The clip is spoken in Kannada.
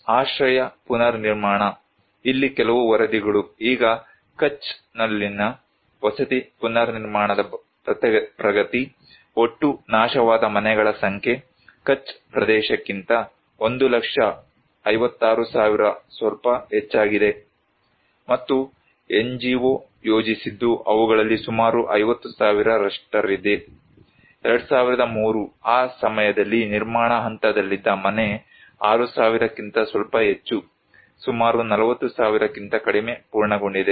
ಆಶ್ರಯ ಪುನರ್ನಿರ್ಮಾಣ ಇಲ್ಲಿ ಕೆಲವು ವರದಿಗಳು ಈಗ ಕಚ್ನಲ್ಲಿನ ವಸತಿ ಪುನರ್ನಿರ್ಮಾಣದ ಪ್ರಗತಿ ಒಟ್ಟು ನಾಶವಾದ ಮನೆಗಳ ಸಂಖ್ಯೆ ಕಚ್ ಪ್ರದೇಶಕ್ಕಿಂತ 1 ಲಕ್ಷ 56000 ಸ್ವಲ್ಪ ಹೆಚ್ಚಾಗಿದೆ ಮತ್ತು NGO ಯೋಜಿಸಿದ್ದು ಅವುಗಳಲ್ಲಿ ಸುಮಾರು 50000 ರಷ್ಟಿದೆ 2003 ಆ ಸಮಯದಲ್ಲಿ ನಿರ್ಮಾಣ ಹಂತದಲ್ಲಿದ್ದ ಮನೆ 6000 ಕ್ಕಿಂತ ಸ್ವಲ್ಪ ಹೆಚ್ಚು ಸುಮಾರು 40000 ಕ್ಕಿಂತ ಕಡಿಮೆ ಪೂರ್ಣಗೊಂಡಿದೆ